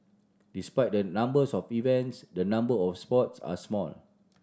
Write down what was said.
despite the numbers of events the number of sports are small